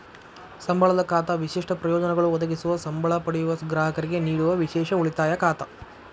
ಸಂಬಳದ ಖಾತಾ ವಿಶಿಷ್ಟ ಪ್ರಯೋಜನಗಳು ಒದಗಿಸುವ ಸಂಬ್ಳಾ ಪಡೆಯುವ ಗ್ರಾಹಕರಿಗೆ ನೇಡುವ ವಿಶೇಷ ಉಳಿತಾಯ ಖಾತಾ